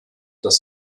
das